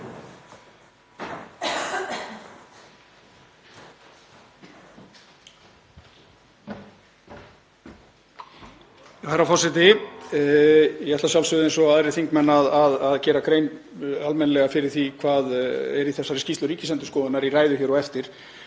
Herra forseti. Ég ætla að sjálfsögðu eins og aðrir þingmenn að gera grein almennilega fyrir því hvað er í þessari skýrslu Ríkisendurskoðunar í ræðu hér á eftir.